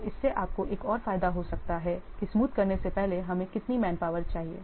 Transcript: तो इससे आपको एक और फायदा हो सकता है कि स्मूथ करने से पहले हमें कितनी मैनपावर चाहिए